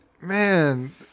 man